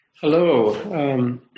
Hello